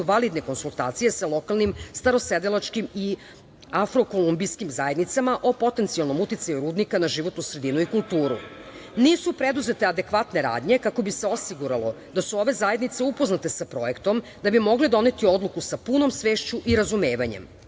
validne konsultacije sa lokalnim starosedelačkim i afrokolumbijskim zajednicama o potencijalnom uticaju rudnika na životnu sredinu i kulturu. Nisu preduzete adekvatne radnje kako bi se osiguralo da su ove zajednice upoznate sa projektom da bi mogle doneti odluku sa punom svešću i razumevanjem,